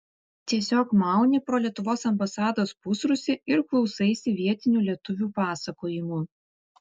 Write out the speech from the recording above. tiesiog mauni pro lietuvos ambasados pusrūsį ir klausaisi vietinių lietuvių pasakojimų